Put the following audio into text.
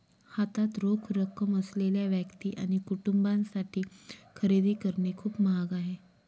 हातात रोख रक्कम असलेल्या व्यक्ती आणि कुटुंबांसाठी खरेदी करणे खूप महाग आहे